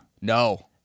No